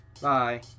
Bye